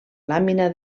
làmina